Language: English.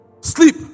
sleep